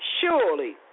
surely